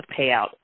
payout